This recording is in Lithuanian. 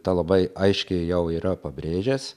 tą labai aiškiai jau yra pabrėžęs